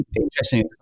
interesting